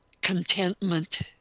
contentment